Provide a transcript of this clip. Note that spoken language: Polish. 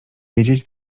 wiedzieć